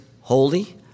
holy